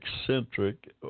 eccentric